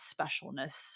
specialness